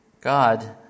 God